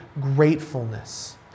gratefulness